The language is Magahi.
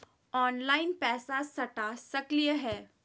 ऑनलाइन पैसा सटा सकलिय है?